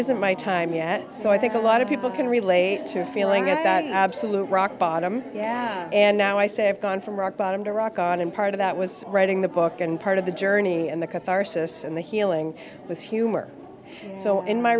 isn't my time yet so i think a lot of people can relate to a feeling of absolute rock bottom yeah and now i say i've gone from rock bottom to rock on and part of that was writing the book and part of the journey and the catharsis and the healing with humor so in my